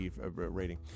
rating